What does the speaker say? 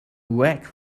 rag